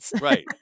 right